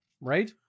right